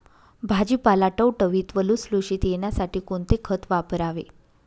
भाजीपाला टवटवीत व लुसलुशीत येण्यासाठी कोणते खत वापरावे?